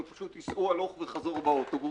ופשוט ייסעו הלוך וחזור באוטובוס,